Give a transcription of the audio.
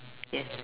yes